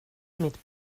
mitt